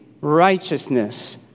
righteousness